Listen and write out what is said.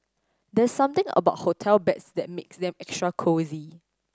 there's something about hotel beds that makes them extra cosy